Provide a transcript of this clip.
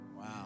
Wow